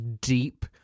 deep